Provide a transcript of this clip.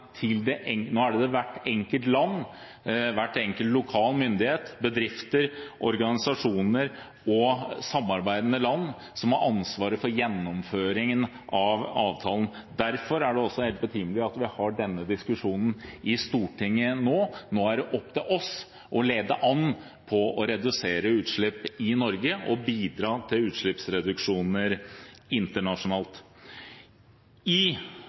enkelt land, hver enkelt lokal myndighet, bedrifter, organisasjoner og samarbeidende land som har ansvaret for gjennomføringen av avtalen. Derfor er det også helt betimelig at vi har denne diskusjonen i Stortinget nå. Nå er det opp til oss å lede an i å redusere utslipp i Norge og bidra til utslippsreduksjoner internasjonalt. Stortinget har tidligere vedtatt at vi ønsker å gjøre dette i